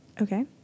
Okay